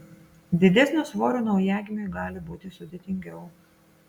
didesnio svorio naujagimiui gali būti sudėtingiau